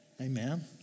Amen